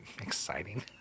...exciting